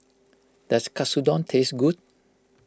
does Katsudon taste good